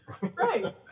Right